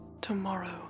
Tomorrow